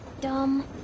dumb